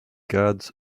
guards